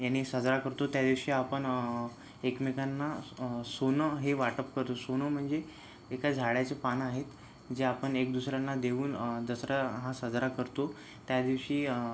याने साजरा करतो त्या दिवशी आपण एकमेकांना सोनं हे वाटप करतो सोनं म्हणजे एका झाडाचे पानं आहेत जे आपण एक दुसऱ्यांना देऊन दसरा हा साजरा करतो त्या दिवशी